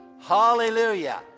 Hallelujah